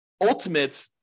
ultimate